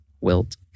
wilt